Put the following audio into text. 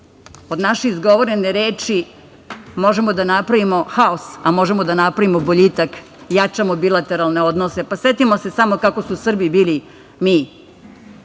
od naše izgovorene reči možemo da napravimo haos, a možemo da napravimo boljitak, jačamo bilateralne odnose. Pa, setimo se kako su Srbi bili, mi,